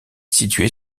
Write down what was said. située